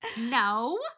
No